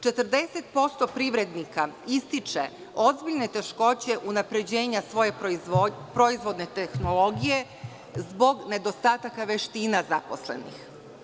Četrdeset posto privrednika ističe ozbiljne teškoće unapređenja svoje proizvodne tehnologije zbog nedostataka veština nezaposlenih.